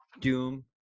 Doom